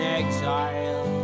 exile